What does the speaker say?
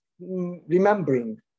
remembering